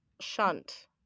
shunt